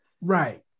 Right